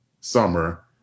summer